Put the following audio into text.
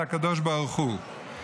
לקדוש ברוך הוא,